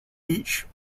each